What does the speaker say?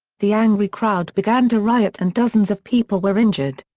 the angry crowd began to riot and dozens of people were injured.